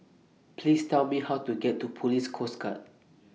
Please Tell Me How to get to Police Coast Guard